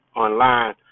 online